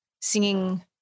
singing